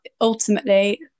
ultimately